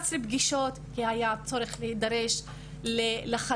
היו 11 פגישות, כי היה צורך להידרש לחלוקה.